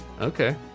Okay